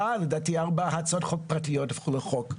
לדעתי ארבע הצעות חוק פרטיות הפכו לחוק.